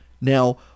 Now